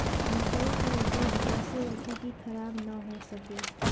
मकई के उपज कइसे रखी की खराब न हो सके?